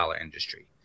industry